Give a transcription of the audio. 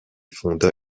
fonda